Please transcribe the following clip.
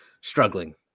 struggling